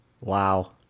Wow